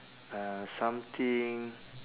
uh something